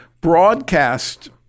broadcast